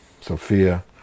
Sophia